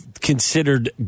considered